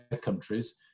countries